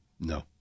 No